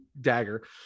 Dagger